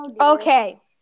Okay